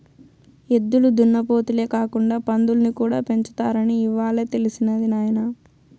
ఎద్దులు దున్నపోతులే కాకుండా పందుల్ని కూడా పెంచుతారని ఇవ్వాలే తెలిసినది నాయన